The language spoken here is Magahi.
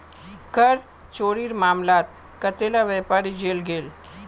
कर चोरीर मामलात कतेला व्यापारी जेल गेल